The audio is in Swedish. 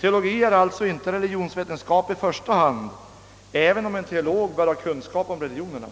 Teologi är alltså inte religionsvetenskap i första hand även om en teolog bör ha kunskap om religionerna.